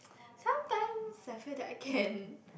sometimes I feel that I can